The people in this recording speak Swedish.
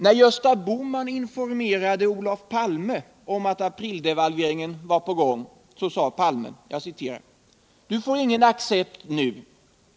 När Gösta Bohman informerade Olof Palme om att aprildevalveringen var på gång sade Palme: ”Du får ingen accept nu.